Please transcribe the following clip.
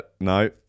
No